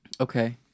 Okay